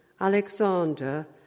Alexander